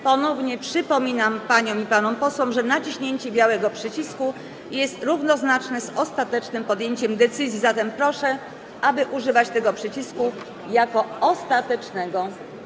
Ponownie przypominam paniom i panom posłom, że naciśnięcie białego przycisku jest równoznaczne z ostatecznym podjęciem decyzji, zatem proszę, aby użyć tego przycisku jako ostatniego.